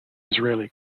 israeli